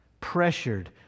pressured